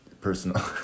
Personal